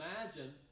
imagine